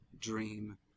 dream